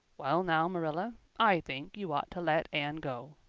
well now, marilla, i think you ought to let anne go.